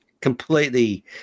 completely